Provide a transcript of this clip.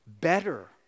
Better